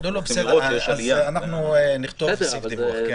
בסדר, אז אנחנו נכתוב סעיף דיווח.